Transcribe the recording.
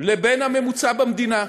לבין הממוצע במדינה.